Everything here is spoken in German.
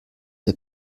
der